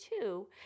two